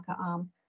arm